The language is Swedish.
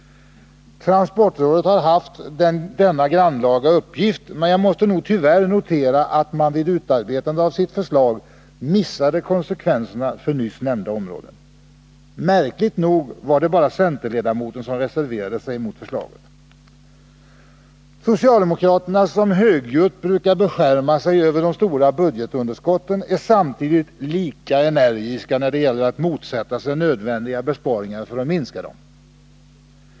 Transportrådet har haft denna grannlaga uppgift, men jag måste tyvärr notera att man vid utarbetandet av sitt förslag missade konsekvenserna för nyss nämnda områden. Märkligt nog var det bara centerledamoten som reserverade sig mot förslaget. Socialdemokraterna, som högljutt brukar beskärma sig över de stora budgetunderskotten, är samtidigt lika energiska när det gäller att motsätta sig nödvändiga besparingar för att minska dem.